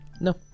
No